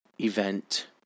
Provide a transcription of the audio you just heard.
event